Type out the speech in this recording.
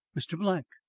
mr. black!